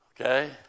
Okay